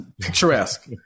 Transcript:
picturesque